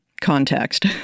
Context